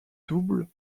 double